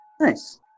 Nice